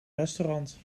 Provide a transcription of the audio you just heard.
restaurant